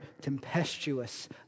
tempestuous